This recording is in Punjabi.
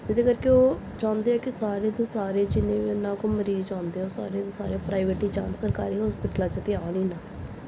ਉਹਦੇ ਕਰਕੇ ਉਹ ਚਾਹੁੰਦੇ ਆ ਕਿ ਸਾਰੇ ਦੇ ਸਾਰੇ ਜਿੰਨੇ ਵੀ ਉਹਨਾਂ ਕੋਲ ਮਰੀਜ਼ ਆਉਂਦੇ ਆ ਉਹ ਸਾਰੇ ਦੇ ਸਾਰੇ ਪ੍ਰਾਈਵੇਟ ਹੀ ਜਾਣ ਸਰਕਾਰੀ ਹੋਸਪੀਟਲਾਂ 'ਚ ਤਾਂ ਆਉਣ ਹੀ ਨਾ